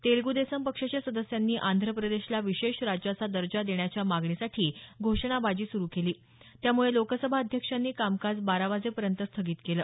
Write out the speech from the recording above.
तेलगू देशम पक्षाच्या सदस्यांनी आंध्रप्रदेशला विशेष राज्याचा दर्जा देण्याच्या मागणीसाठी घोषणाबाजी सुरू केली त्यामुळे लोकसभाध्यक्षांनी कामकाज बारा वाजेपर्यंत स्थगित केलं